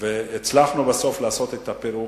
והצלחנו בסוף לעשות את הפירוק,